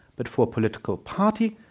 but for political party.